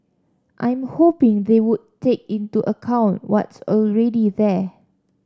I'm hoping they would take into account what's already there